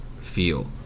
feel